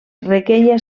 requeia